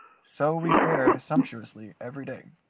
so we fared sumptuously every day.